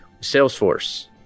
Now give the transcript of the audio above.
Salesforce